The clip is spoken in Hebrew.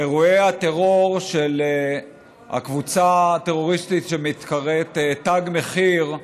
אירועי הטרור של הקבוצה הטרוריסטית שמתקראת "תג מחיר",